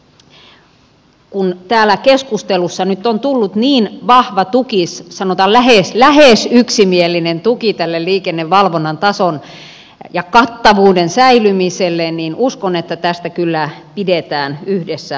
ja kun täällä keskustelussa nyt on tullut niin vahva tuki sanotaan lähes yksimielinen tuki tälle liikennevalvonnan tason ja kattavuuden säilymiselle niin uskon että tästä kyllä pidetään yhdessä huolta